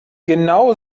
genau